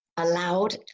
allowed